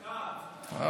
אתה.